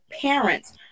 parents